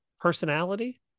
personality